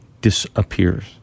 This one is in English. disappears